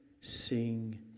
sing